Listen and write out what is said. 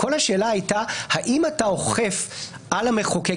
כל השאלה הייתה האם אתה אוכף על המחוקק,